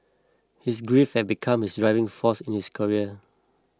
his grief had become his driving force in his career